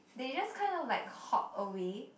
they just kind of like hop away